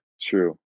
True